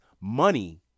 Money